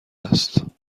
است